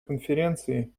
конференции